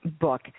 book